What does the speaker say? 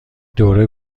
دوره